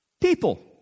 People